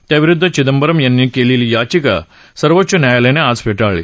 त्याविरुद्ध चिदंबरम यांनी केलेली याचिका सर्वोच्च न्यायालयानं फेटाळली